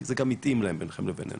כי זה גם התאים להם בינכם לבינינו.